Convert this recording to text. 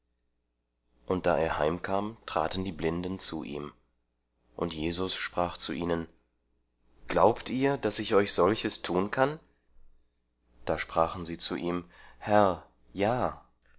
und da er heimkam traten die blinden zu ihm und jesus sprach zu ihnen glaubt ihr daß ich euch solches tun kann da sprachen sie zu ihm herr ja